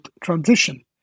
transition